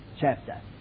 chapter